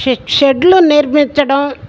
ష షెడ్లు నిర్మించడం